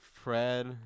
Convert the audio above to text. Fred